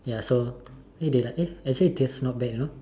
ya so eh they like eh actually this not bad you know